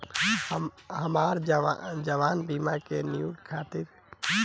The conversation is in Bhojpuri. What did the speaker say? हमार जीवन बीमा के रिन्यू करे खातिर का करे के होई?